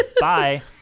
bye